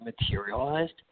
materialized